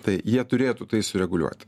tai jie turėtų tai sureguliuot